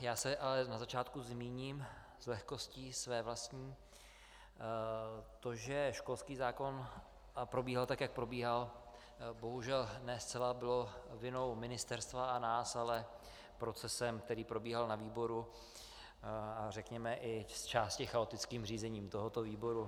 Já se ale na začátku zmíním s lehkostí svou vlastní to, že školský zákon probíhal tak, jak probíhal, bohužel ne zcela bylo vinou ministerstva a nás, ale procesem, který probíhal na výboru, řekněme i zčásti chaotickým řízením tohoto výboru.